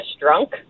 drunk